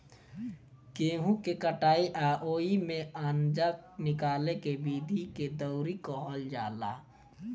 गेहूँ के कटाई आ ओइमे से आनजा निकाले के विधि के दउरी कहल जाला